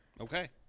Okay